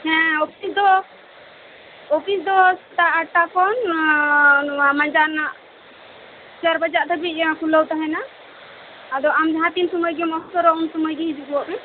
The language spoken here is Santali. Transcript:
ᱦᱮᱸ ᱚᱯᱷᱤᱥ ᱫᱚ ᱥᱮᱛᱟᱜ ᱟᱴ ᱴᱟ ᱠᱷᱚᱱ ᱢᱟᱡᱟᱱ ᱪᱟᱨ ᱵᱟᱡᱟᱜ ᱫᱟᱹᱵᱤᱡ ᱠᱷᱩᱞᱟᱹᱣ ᱛᱟᱦᱮᱱᱟ ᱟᱫᱚ ᱟᱢ ᱡᱟᱦᱟᱸ ᱛᱤᱱ ᱥᱚᱢᱚᱭ ᱜᱮᱢ ᱚᱯᱥᱚᱨᱚᱜ ᱩᱱ ᱥᱚᱢᱚᱭ ᱜᱮ ᱦᱤᱡᱩᱜᱚᱜ ᱢᱮ